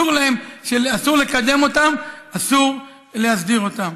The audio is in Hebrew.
אסור לקדם אותם, אסור להסדיר אותם.